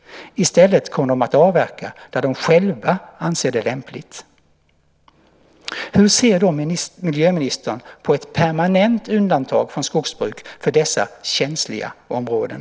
I stället kommer de att avverka där de själva anser det lämpligt. Hur ser miljöministern på ett permanent undantag från skogsbruk för dessa känsliga områden?